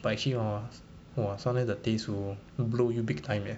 but actually hor !wah! some of them the taste hor will blow you big time eh